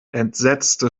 entsetzte